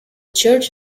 church